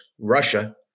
Russia